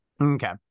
Okay